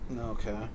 Okay